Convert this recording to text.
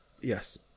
Yes